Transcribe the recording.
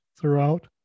throughout